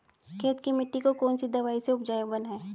खेत की मिटी को कौन सी दवाई से उपजाऊ बनायें?